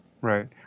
right